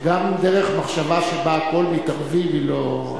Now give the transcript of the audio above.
גם דרך מחשבה שבה הכול מתערבים היא לא,